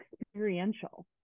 experiential